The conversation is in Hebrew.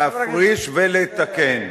להפריש ולתקן.